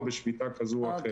או בשביתה כזו או אחרת.